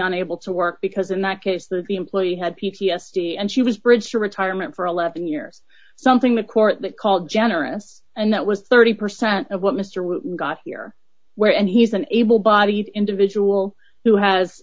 unable to work because in that case the employee had p t s d and she was bridge to retirement for eleven years something the court that called generous and that was thirty percent of what mr wu got here where and he's an able bodied individual who has